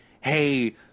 hey